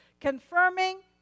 Confirming